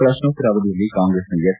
ಪ್ರಶ್ನೋತ್ತರ ಅವಧಿಯಲ್ಲಿ ಕಾಂಗ್ರೆಸ್ನ ಎಸ್